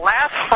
Last